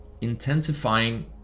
intensifying